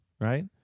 right